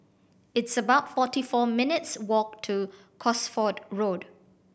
it's about forty four minutes' walk to Cosford Road